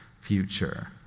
future